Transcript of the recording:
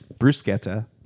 bruschetta